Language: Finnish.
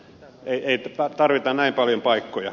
ei tarvita näin paljon paikkoja